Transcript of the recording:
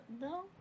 no